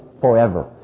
forever